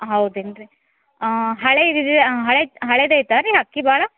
ಹೌದೇನು ರೀ ಹಳೆ ಇದಿದು ಹಳೆದು ಹಳೆದೈತೆ ರೀ ಅಕ್ಕಿ ಭಾಳ